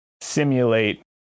simulate